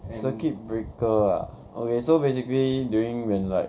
circuit breaker ah okay so basically during when like